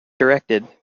directed